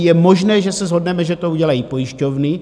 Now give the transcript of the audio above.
Je možné, že se shodneme, že to udělají pojišťovny.